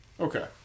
Okay